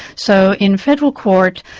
so in federal court,